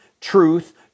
truth